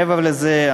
מעבר לזה,